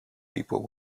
people